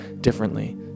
differently